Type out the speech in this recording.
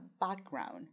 background